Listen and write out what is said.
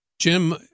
Jim